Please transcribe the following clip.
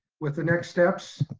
with the next steps.